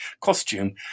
costume